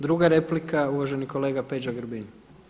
Druga replika uvaženi kolega Peđa Grbin.